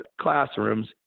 classrooms